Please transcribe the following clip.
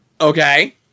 Okay